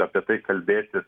apie tai kalbėti